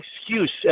excuse